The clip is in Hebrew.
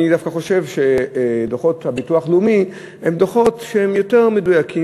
אני דווקא חושב שדוחות הביטוח הלאומי הם דוחות יותר מדויקים,